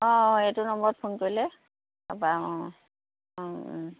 অঁ অঁ এইটো নম্বৰত ফোন কৰিলে হ'ব অঁ